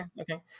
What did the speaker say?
okay